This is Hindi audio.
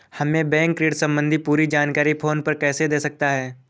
हमें बैंक ऋण संबंधी पूरी जानकारी फोन पर कैसे दे सकता है?